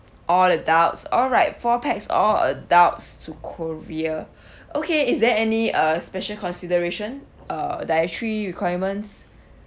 all adults all right four pax all adults to korea okay is there any uh special consideration uh dietary requirements